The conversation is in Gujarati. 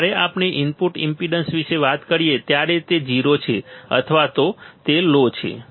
જ્યારે આપણે આઉટપુટ ઈમ્પેડન્સ વિશે વાત કરીએ ત્યારે તે 0 છે અથવા તે લો છે